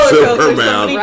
Superman